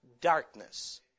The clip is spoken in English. darkness